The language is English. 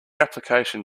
application